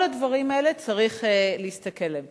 כל הדברים האלה, צריך להסתכל עליהם.